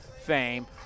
fame